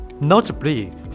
Notably